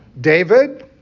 David